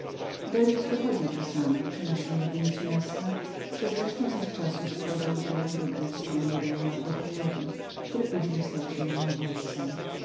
dellius wychodził czasami przynosił nowiny z miasta przez resztę zaś czasu wykładał literaturę grecką młodemu mardochejowi który później stał się moim ojcem